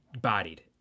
bodied